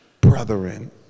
brethren